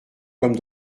comme